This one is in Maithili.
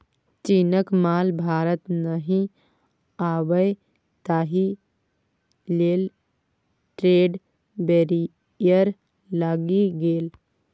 चीनक माल भारत नहि आबय ताहि लेल ट्रेड बैरियर लागि गेल